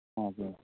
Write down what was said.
हजुर